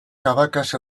cabacas